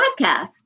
podcast